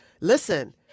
listen